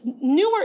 newer